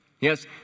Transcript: Yes